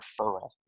referral